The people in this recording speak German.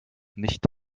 nicht